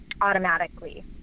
automatically